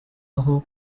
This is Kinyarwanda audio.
aho